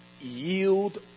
yield